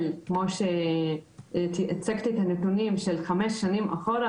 כמו שהצגתי את הנתונים חמש שנים אחורה,